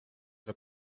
the